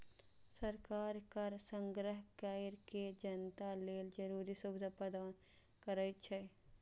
सरकार कर संग्रह कैर के जनता लेल जरूरी सुविधा प्रदान करै छै